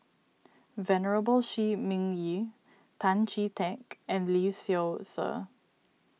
Venerable Shi Ming Yi Tan Chee Teck and Lee Seow Ser